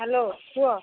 hello କୁହ